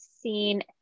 seen